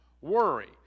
worry